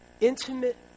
intimate